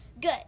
Good